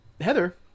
heather